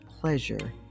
pleasure